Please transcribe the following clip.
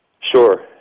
Sure